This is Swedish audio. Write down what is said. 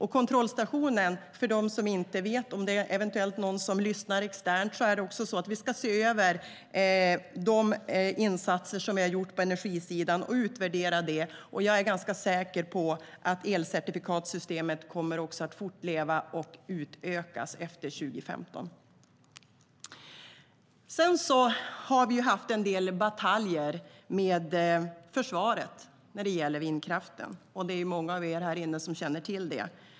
Vid kontrollstationen, för dem som eventuellt lyssnar externt och inte vet det, ska vi se över de insatser som vi har gjort på energisidan och utvärdera dem, och jag är ganska säker på att elcertifikatssystemet kommer att fortleva och utökas efter 2015. Vi har också haft en del bataljer med Försvarsmakten när det gäller vindkraften. Det känner många av er här inne till.